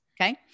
Okay